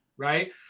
Right